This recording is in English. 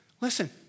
Listen